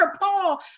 Paul